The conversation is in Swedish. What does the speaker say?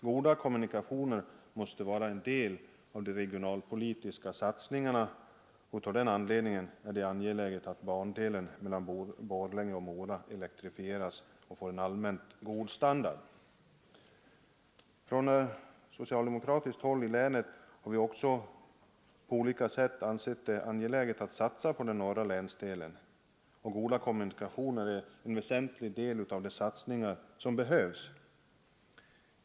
Goda kommunikationer måste vara en del av de regionalpolitiska satsningarna, och av den anledningen är det angeläget att bandelen Borlänge-Mora elektrifieras och får en allmänt god Från socialdemokratiskt håll i länet har vi ansett det angeläget att på olika sätt satsa på den norra länsdelen, och goda kommunikationer är en väsentlig del av de satsningar som behövs.